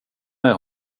med